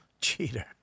Cheater